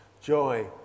joy